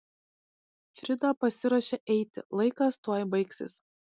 frida pasiruošė eiti laikas tuoj baigsis